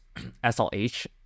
SLH